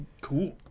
cool